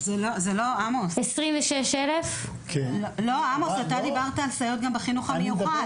עמוס, אתה דיברת על סייעות גם בחינוך המיוחד.